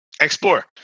explore